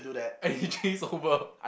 and he chased over